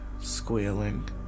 squealing